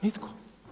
Nitko.